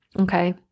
Okay